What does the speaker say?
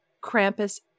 Krampus